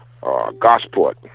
Gosport